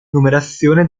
numerazione